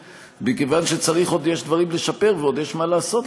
מכיוון שיש עוד דברים לשפר ועוד יש מה לעשות,